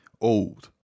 old